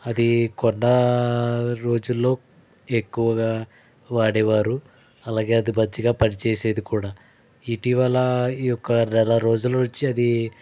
అది కొన్న రోజుల్లో ఎక్కువగా వాడేవారు అలాగే అది మంచిగా పని చేసేది కూడా ఇటీవల ఈ యొక్క నెల రోజుల నుంచి అది